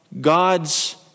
God's